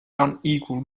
unequal